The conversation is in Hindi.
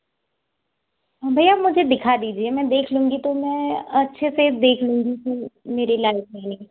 भैया मुझे दिखा दीजिए मैं देख लूंगी तो मैं अच्छे से देख लूंगी कि मेरे लायक हैं